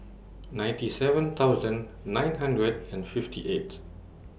ninety seven thousand nine hundred and fifty eight